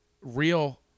real